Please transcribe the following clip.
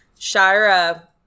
Shira